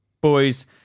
boys